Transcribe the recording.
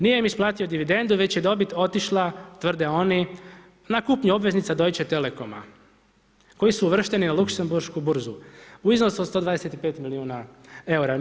Nije im isplatio dividendu već je dobit otišla, tvrde oni na kupnju obveznica Deutsche telekoma koji su uvrštenu u luksemburšku burzu u iznosu od 125 milijuna eura.